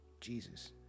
Jesus